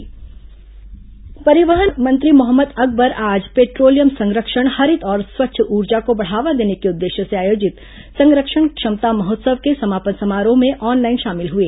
संरक्षण क्षमता महोत्सव परिवहन मंत्री मोहम्मद अकबर आज पेट्रोलियम संरक्षण हरित और स्वच्छ ऊर्जा को बढ़ावा देने के उद्देश्य से आयोजित संरक्षण क्षमता महोत्सव के समापन समारोह में ऑनलाइन शामिल हुए